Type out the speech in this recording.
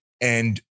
And-